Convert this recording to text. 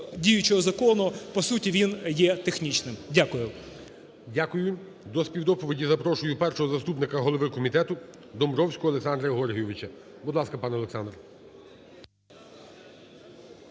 діючого закону. По суті він є технічним. Дякую. ГОЛОВУЮЧИЙ. Дякую. До співдоповіді запрошую першого заступника голови комітету Домбровського Олександра Георгійовича. Будь ласка, пане Олександре.